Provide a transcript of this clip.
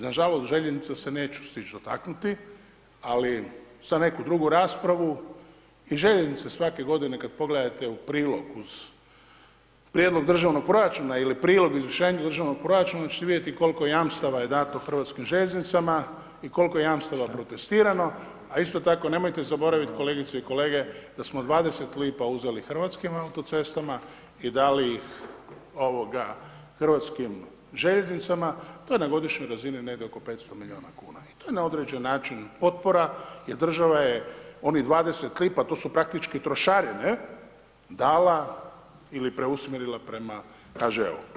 Nažalost željeznice se neću stići dotaknuti, ali za neku drugu raspravu i željeznice svake godine kad pogledate u prilog uz prijedlog državnog proračuna ili prilog o izvršenju državnog proračuna ćete vidjeti koliko jamstava je dato Hrvatskim željeznicama i koliko je jamstava protestirano, a isto tako nemojte zaboravit kolegice i kolege da smo 20 lipa uzeli Hrvatskim autocestama i dali ih ovoga Hrvatskim željeznicama, to je na godišnjoj razini negdje oko 500 miliona kuna i to je na određen način potpora jer država je onih 20 lipa, to su praktički trošarine dala ili preusmjerila prema HŽ-u.